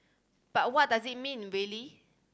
but what does it mean really